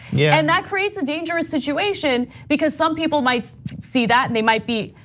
yeah, and that creates a dangerous situation, because some people might see that they might be,